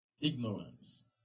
ignorance